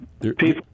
people